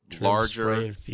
larger